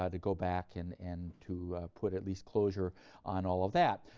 um to go back and and to put at least closure on all of that.